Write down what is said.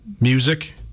music